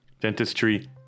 dentistry